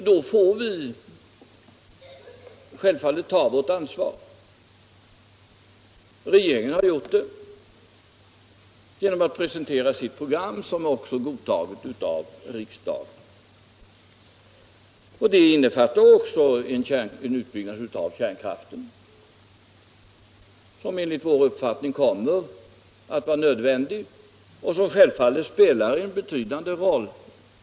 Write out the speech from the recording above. Då får vi självfallet ta vårt ansvar. Regeringen har gjort det genom att presentera sitt program som också har godtagits av riksdgen. Det innefattar en utbyggnad av kärnkraften, som enligt vår uppfattning kommer att vara nödvändig och självfallet spela en betydande roll.